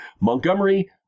Montgomery